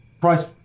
price